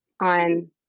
on